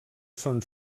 són